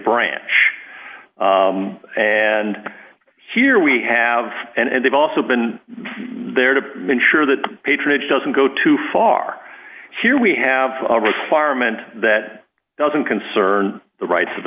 branch and here we have and they've also been there to make sure that patronage doesn't go too far here we have a requirement that doesn't concern the rights of